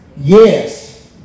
Yes